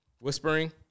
whispering